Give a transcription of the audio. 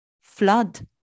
flood